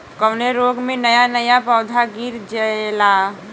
कवने रोग में नया नया पौधा गिर जयेला?